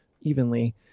evenly